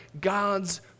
God's